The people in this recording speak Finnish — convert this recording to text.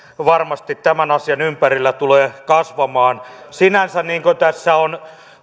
varmasti tämän asian ympärillä tulee kasvamaan sinänsä vaikka tässä on